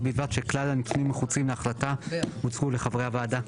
בלבד שכלל הנתונים הנחוצים להחלטה הוצגו לחברי הוועדה'.